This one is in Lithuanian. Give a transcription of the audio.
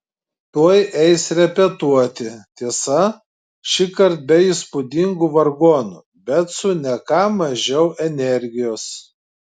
tuoj eis repetuoti tiesa šįkart be įspūdingų vargonų bet su ne ką mažiau energijos